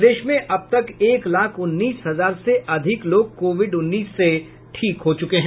प्रदेश में अब तक एक लाख उन्नीस हजार से अधिक लोग कोविड उन्नीस से ठीक हो चुके हैं